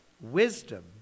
wisdom